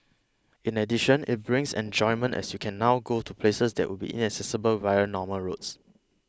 in addition it brings enjoyment as you can now go to places that would be inaccessible via normal roads